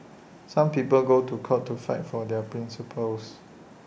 some people go to court to fight for their principles